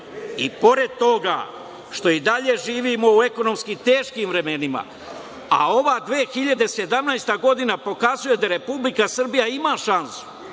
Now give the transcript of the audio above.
Pored toga, što i dalje živimo u ekonomski teškim vremenima, a ova 2017. godina pokazuje da Republika Srbija ima šansu